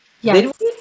Yes